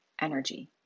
energy